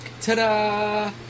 Ta-da